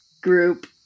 group